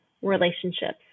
relationships